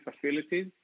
facilities